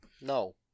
No